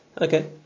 Okay